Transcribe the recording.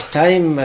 time